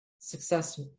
Success